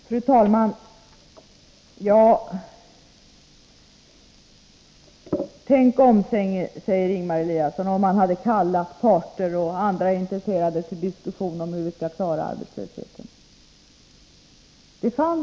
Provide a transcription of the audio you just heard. Fru talman! Tänk om regeringen hade kallat parter och andra intresserade till diskussion om hur vi skall klara arbetslösheten, säger Ingemar Eliasson.